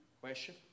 Question